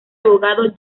abogado